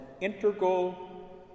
integral